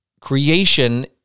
creation